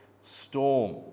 storm